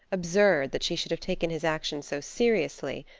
absurd that she should have taken his action so seriously,